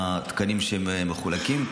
התקנים שמחולקים.